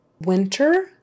winter